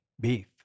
beef